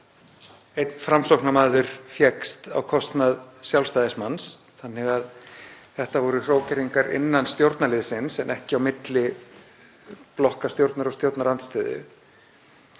einn Framsóknarmaður fékkst á kostnað Sjálfstæðismanns. Þetta voru því hrókeringar innan stjórnarliðsins en ekki á milli blokka stjórnar og stjórnarandstöðu.